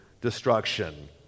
destruction